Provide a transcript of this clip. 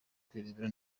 kwirebera